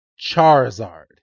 Charizard